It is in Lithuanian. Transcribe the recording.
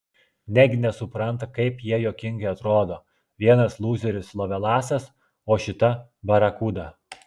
negi nesupranta kaip jie juokingai atrodo vienas lūzeris lovelasas o šita barakuda